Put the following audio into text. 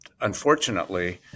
unfortunately